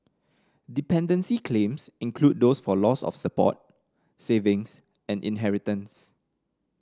dependency claims include those for loss of support savings and inheritance